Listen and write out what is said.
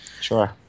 Sure